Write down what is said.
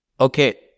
okay